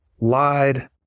lied